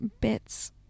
bits